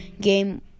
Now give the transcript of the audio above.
game